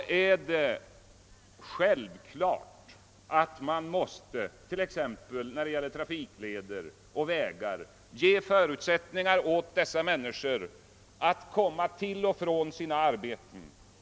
Då är det självklart att man exempelvis när det gäller trafikleder och vägar måste ge människorna i sådana områden möjligheter att komma till och från sina arbeten.